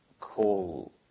call